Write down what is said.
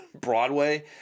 Broadway